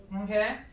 Okay